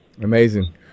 Amazing